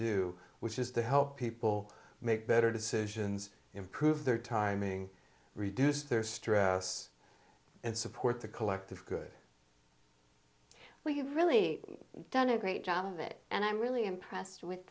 do which is to help people make better decisions improve their timing reduce their stress and support the collective good well you've really done a great job of it and i'm really impressed with